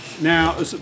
Now